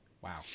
Wow